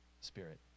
spirit